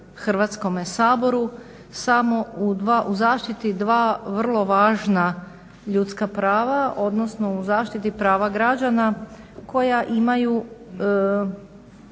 Hrvatskome saboru samo u zaštiti dva vrlo važna ljudska prava odnosno u zaštiti prava građana koja imaju